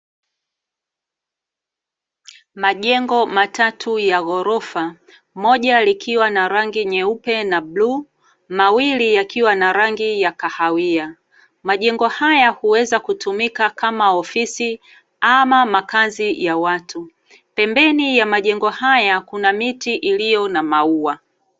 Majengo matatu ya ghorofa, moja likiwa na rangi nyeupe na bluu, mawili yakiwa na rangi ya kahawia. Majengo haya huweza kutumika kama ofisi ama makazi ya watu. Pembeni ya majengo haya kuna miti iliyo na maua.